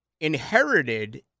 inherited